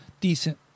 decent –